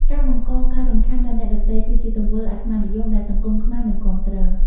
ការបង្កការរំខានដល់អ្នកដទៃ គឺជាទង្វើអាត្មានិយមដែលសង្គមខ្មែរមិនគាំទ្រ។